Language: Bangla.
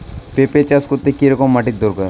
পেঁপে চাষ করতে কি রকম মাটির দরকার?